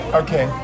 okay